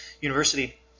University